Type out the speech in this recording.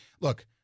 look